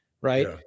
right